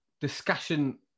discussion